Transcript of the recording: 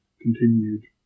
continued